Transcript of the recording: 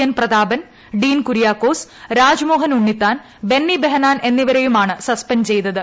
N Prathapan Dean Kuriakose Rajmohan Unnithan Benny Behanan എന്നിവരെയുമാണ് suspend ചെയ്തത്